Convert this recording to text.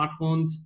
smartphones